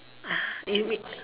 !huh! you mean